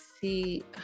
see